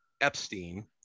epstein